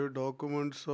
documents